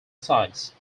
size